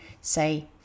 say